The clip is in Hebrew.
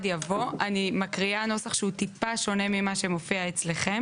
אם יש מבנה שהוא לא מבנה הטעון חיזוק,